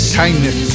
kindness